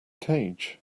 cage